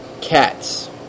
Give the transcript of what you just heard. Cats